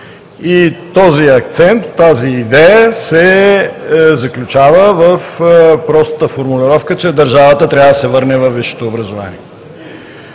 Този акцент, тази идея се заключава в простата формулировка, че държавата трябва да се върне във висшето образование.